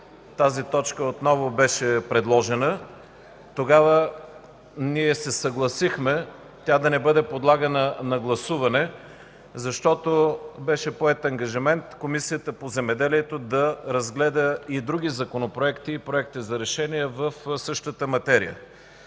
тази точка отново беше предложена. Тогава ние се съгласихме тя да не бъде подлагана на гласуване, защото беше поет ангажимент Комисията по земеделието да разгледа и други законопроекти и проекти за решения в същата материя.